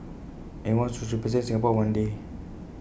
and he wants to represent Singapore one day